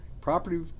property